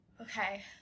Okay